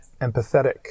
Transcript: empathetic